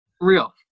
real